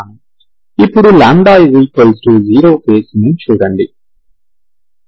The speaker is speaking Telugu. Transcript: ఇప్పుడు λ 0 కేసును చూడండి